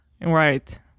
Right